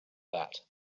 that